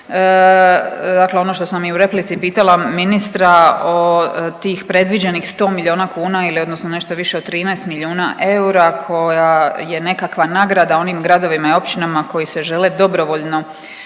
Dakle, ono što sam i u replici pitala ministra o tih predviđenih 100 milijuna kuna ili odnosno nešto više od više od 13 milijuna eura koja je nekakva nagrada onim gradovima i općinama koji se žele dobrovoljno